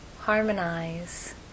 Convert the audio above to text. harmonize